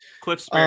Cliffs